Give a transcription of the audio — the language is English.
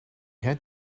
had